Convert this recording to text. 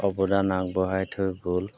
অৱদান আগবঢ়াই থৈ গ'ল